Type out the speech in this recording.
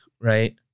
right